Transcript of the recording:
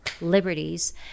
liberties